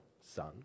Son